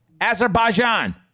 Azerbaijan